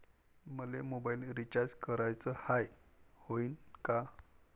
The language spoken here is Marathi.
मले मोबाईल रिचार्ज कराचा हाय, होईनं का?